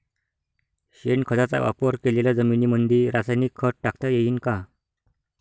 शेणखताचा वापर केलेल्या जमीनीमंदी रासायनिक खत टाकता येईन का?